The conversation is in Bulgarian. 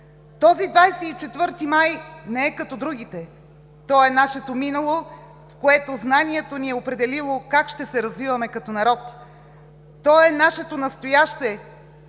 Този 24 май не е като другите – той е нашето минало, в което знанието ни е определило как ще се развиваме като народ; той е нашето настояще,